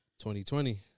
2020